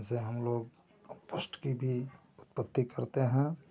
इनसे हम लोग कम्पोष्ट की भी उत्पत्ति करते हैं